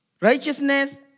Righteousness